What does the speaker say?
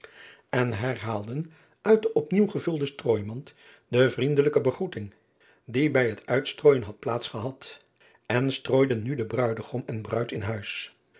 en herhaalden uit de op nieuw gevulde strooi driaan oosjes zn et leven van aurits ijnslager mand de vriendelijke begroeting die bij het uitstrooijen had plaats gehad en strooiden nu den ruidegom en ruid in huis